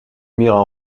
mirent